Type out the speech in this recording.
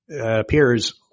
appears